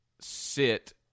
sit